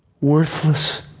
worthless